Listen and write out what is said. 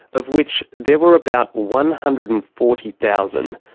of which there were about one hundred and forty thousand.